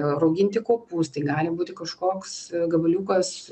rauginti kopūstai gali būti kažkoks gabaliukas